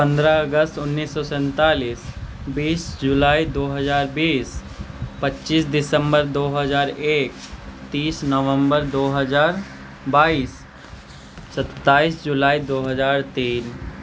पन्द्रह अगस्त उन्नैस सए सैंतालिस बीस जुलाइ दू हजार बीस पच्चीस दिसंबर दू हजार एक तीस नवम्बर दू हजार बाइस सत्ताइस जुलाइ दू हजार तीन